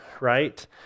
right